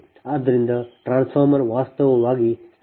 ಆದ್ದರಿಂದ ಟ್ರಾನ್ಸ್ಫಾರ್ಮರ್ ವಾಸ್ತವವಾಗಿ ಸ್ಥಿರ ಸಾಧನವಾಗಿದೆ